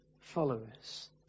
followers